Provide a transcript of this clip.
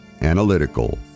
Analytical